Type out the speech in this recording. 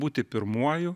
būti pirmuoju